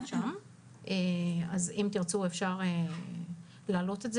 אנחנו רואים אותו בארץ,